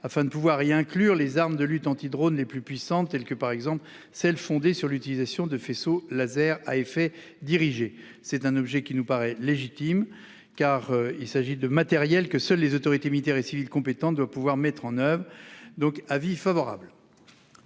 afin de pouvoir y inclure les armes de lutte anti-drones les plus puissantes, telles que celles qui sont fondées sur l'utilisation de faisceaux laser à effet dirigé. C'est un objet qui nous paraît légitime, car il s'agit de matériels auxquels seules les autorités civiles et militaires compétentes doivent pouvoir recourir. J'émets donc un avis favorable.